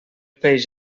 peix